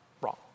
wrong